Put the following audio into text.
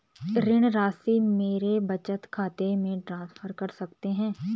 ऋण राशि मेरे बचत खाते में ट्रांसफर कर सकते हैं?